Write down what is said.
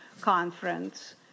conference